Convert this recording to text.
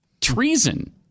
treason